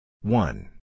One